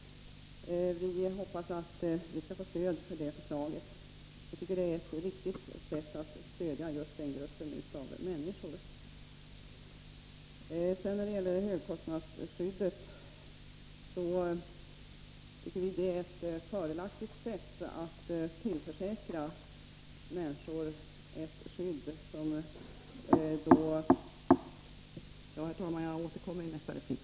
Vi hoppas att vi skall få stöd för detta förslag. Vi anser att det är ett riktigt sätt att stödja just den här gruppen människor. Vi tycker att högkostnadsskyddet är ett fördelaktigt sätt att tillförsäkra människor ett skydd. Herr talman! Jag återkommer i nästa replik.